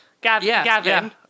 Gavin